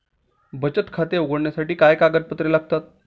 बचत खाते उघडण्यासाठी काय कागदपत्रे लागतात?